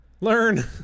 Learn